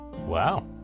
Wow